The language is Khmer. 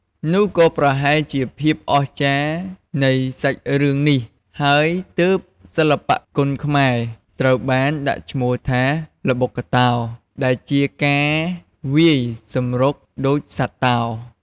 នោះក៏ប្រហែលជាភាពអស្ចារ្យនៃសាច់រឿងនេះហើយទើបសិល្បៈគុនខ្មែរត្រូវបានដាក់ឈ្មោះថា ល្បុក្កតោ ដែលជាការវាយសម្រុកដូចសត្វតោ។